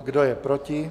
Kdo je proti?